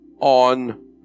on